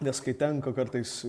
nes kai tenka kartais